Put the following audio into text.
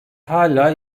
hala